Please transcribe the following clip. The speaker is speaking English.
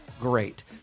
great